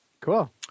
Cool